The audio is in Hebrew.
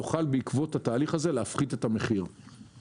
נוכל להפחית את המחיר בעקבות התהליך זה.